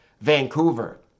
Vancouver